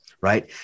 Right